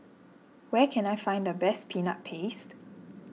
where can I find the best Peanut Paste